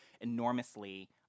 enormously